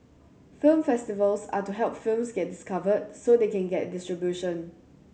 film festivals are to help films get discovered so they can get distribution